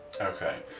Okay